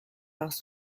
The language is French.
par